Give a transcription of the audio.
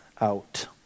out